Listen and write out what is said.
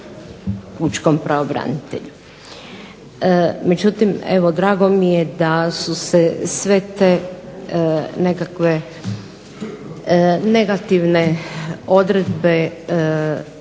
pučkom pravobranitelju. Međutim, evo drago mi je da su sve te nekakve negativne odredbe